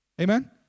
Amen